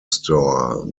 store